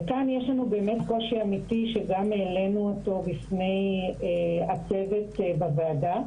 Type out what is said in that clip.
וכאן יש לנו באמת קושי אמיתי שגם העלנו אותו בפני הצוות בוועדה,